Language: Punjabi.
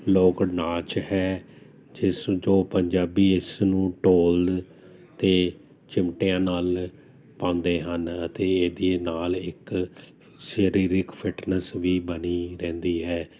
ਲੋਕ ਨਾਚ ਹੈ ਜਿਸ ਜੋ ਪੰਜਾਬੀ ਇਸ ਨੂੰ ਢੋਲ 'ਤੇ ਚਿਮਟਿਆਂ ਨਾਲ ਪਾਉਂਦੇ ਹਨ ਅਤੇ ਇਹਦੇ ਨਾਲ ਇੱਕ ਸਰੀਰ ਦੀ ਇੱਕ ਫਿਟਨੈਸ ਵੀ ਬਣੀ ਰਹਿੰਦੀ ਹੈ